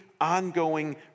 ongoing